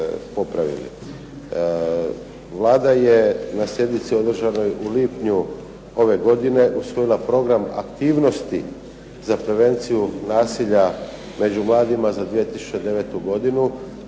Vlada je na sjednici održanoj u lipnju ove godine usvojila program aktivnosti za prevenciju nasilja među mladima za 2009. godinu.